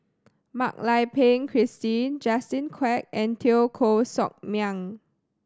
Mak Lai Peng Christine Justin Quek and Teo Koh Sock Miang